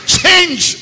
change